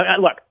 Look